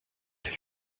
est